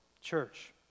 church